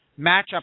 matchup